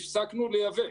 הפסקנו לייבא.